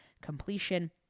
completion